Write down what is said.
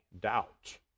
doubt